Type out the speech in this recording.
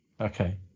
okay